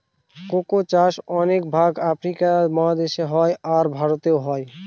cocoa চাষ অনেক ভাগ আফ্রিকা মহাদেশে হয়, আর ভারতেও হয়